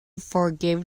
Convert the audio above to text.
forgive